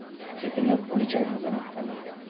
ᱥᱮ ᱪᱤᱯᱱᱟᱹᱛ ᱯᱚᱨᱤᱪᱚᱭ ᱦᱚᱸ ᱵᱮᱱᱟᱜ ᱠᱟᱱᱟ